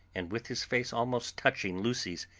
and, with his face almost touching lucy's,